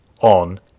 on